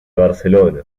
barcelona